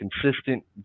consistent